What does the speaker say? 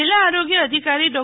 જિલ્લામાં આરોગ્ય અધિકારી ડો